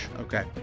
Okay